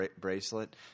bracelet